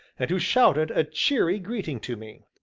and who shouted a cheery greeting to me.